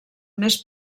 més